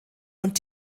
und